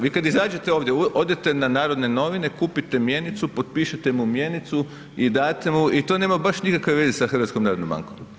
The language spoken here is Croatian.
Vi kada izađete ovdje odete na Narodne novine, kupite mjenicu, potpišete mu mjenicu i date mu i to nema baš nikakve veze sa Hrvatskom narodnom bankom.